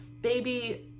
baby